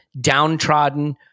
downtrodden